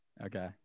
Okay